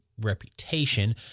reputation